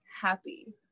happy